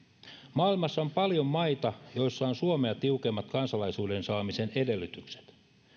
maailmassa on paljon maita joissa on suomea tiukemmat kansalaisuuden saamisen edellytykset